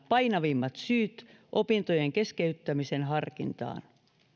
painavimmat syyt opintojen keskeyttämisen harkintaan